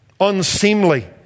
Unseemly